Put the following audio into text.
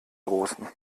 großen